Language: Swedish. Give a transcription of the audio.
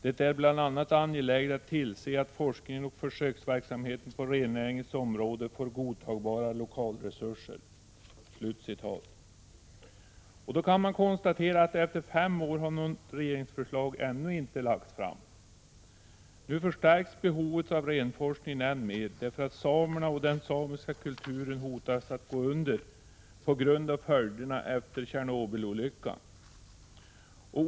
Det är bl.a. angeläget att tillse att forskningen och försöksverksamheten på rennäringens område får godtagbara lokalresurser.” Jag kan konstatera att efter fem år har något regeringsförslag ännu inte lagts fram. Nu förstärks behovet av renforskning än mer, eftersom samerna och den samiska kulturen hotar att gå under på grund av följderna av olyckan i Tjernobyl.